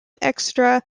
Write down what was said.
extra